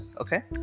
Okay